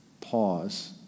pause